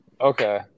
Okay